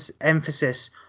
emphasis